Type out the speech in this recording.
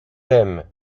l’aime